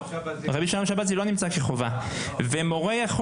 רבי שלום שבזי לא נמצא כחובה ומורה יכול